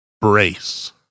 brace